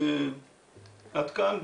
עד כאן.